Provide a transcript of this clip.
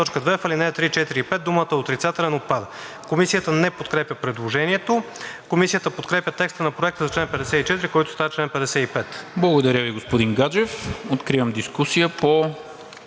Благодаря Ви, господин Гаджев. Откривам дискусия по